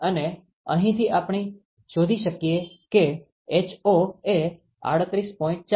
અને અહીંથી આપણે શોધી શકીએ કે ho એ 38